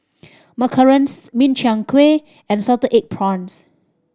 macarons Min Chiang Kueh and salted egg prawns